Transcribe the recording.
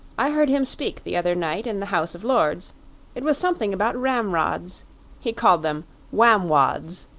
i heard him speak the other night in the house of lords it was something about ramrods he called them wamwods.